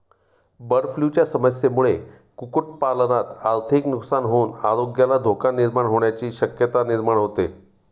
बर्डफ्लूच्या समस्येमुळे कुक्कुटपालनात आर्थिक नुकसान होऊन आरोग्याला धोका निर्माण होण्याची शक्यता निर्माण होते